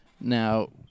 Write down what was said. now